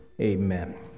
amen